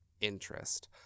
interest